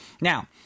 Now